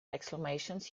exclamations